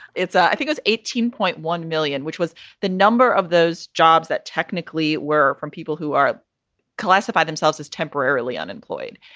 it's i think it's eighteen point one million, which was the number of those jobs that technically were from people who are classified themselves as temporarily unemployed.